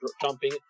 jumping